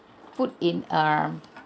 put in a